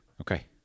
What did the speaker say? Okay